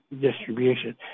distribution